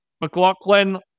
McLaughlin